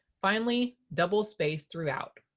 finally, double space throughout.